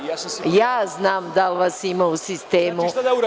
Ja znam da li vas ima u sistemu.